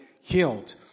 healed